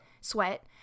sweat